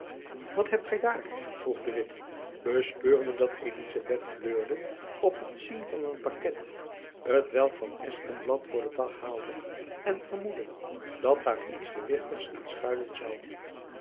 wat hebt gy daar vroeg de witt bespeurende dat elizabeth kleurde op het zien van een pakket t welk van espenblad voor den dag haalde en vermoedende dat daar iets gewichtigs in schuilen zoû